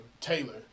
Taylor